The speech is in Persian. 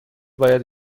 باید